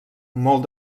molt